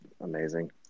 Amazing